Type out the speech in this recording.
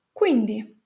Quindi